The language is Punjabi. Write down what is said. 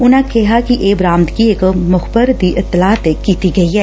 ਉਨਾਂ ਕਿਹਾ ਕਿ ਇਹ ਬਰਾਮਦਗੀ ਇਕ ਮੁਖ਼ਬਰ ਦੀ ਇਤਲਾਹ ਤੇ ਕੀਤੀ ਗਈ ਐ